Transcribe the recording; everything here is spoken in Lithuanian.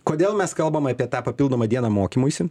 kodėl mes kalbam apie tą papildomą dieną mokymuisi